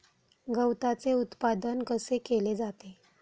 गवताचे उत्पादन कसे केले जाते?